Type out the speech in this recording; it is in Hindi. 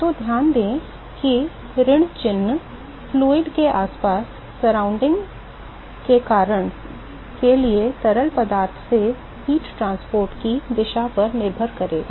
तो ध्यान दें कि ऋण चिह्न तरल से आसपास के कारण के लिए तरल पदार्थ से ऊष्मा परिवहन की दिशा पर निर्भर करेगा